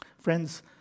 Friends